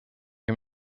can